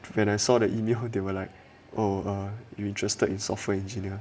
and I saw the email they were like oh you interested in software engineer